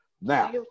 Now